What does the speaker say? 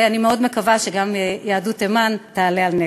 ואני מאוד מקווה שגם יהדות תימן תועלה על נס.